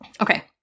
Okay